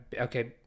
okay